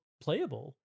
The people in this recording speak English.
playable